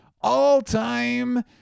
all-time